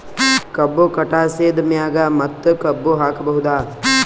ಕಬ್ಬು ಕಟಾಸಿದ್ ಮ್ಯಾಗ ಮತ್ತ ಕಬ್ಬು ಹಾಕಬಹುದಾ?